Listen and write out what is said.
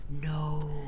No